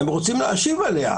הם רוצים להשיב עליה,